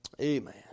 Amen